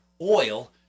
oil